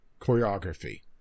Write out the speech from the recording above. choreography